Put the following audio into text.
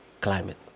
climate